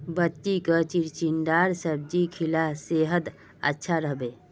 बच्चीक चिचिण्डार सब्जी खिला सेहद अच्छा रह बे